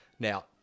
Now